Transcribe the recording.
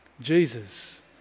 Jesus